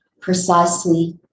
Precisely